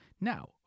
Now